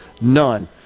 none